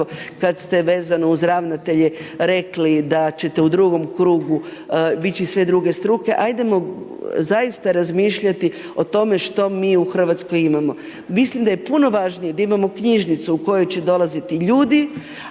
kad ste vezano uz ravnatelje rekli da ćete u drugom krugu dići sve druge struke, ajdemo zaista razmišljati o tome što mi u RH imamo. Mislim da je puno važnije da imamo knjižnicu u koju će dolaziti ljudi,